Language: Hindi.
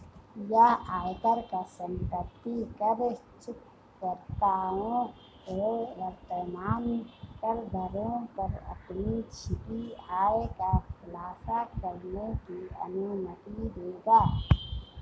यह आयकर या संपत्ति कर चूककर्ताओं को वर्तमान करदरों पर अपनी छिपी आय का खुलासा करने की अनुमति देगा